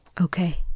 Okay